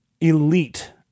elite